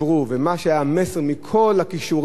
ומה שהיה המסר מכל הכישורים,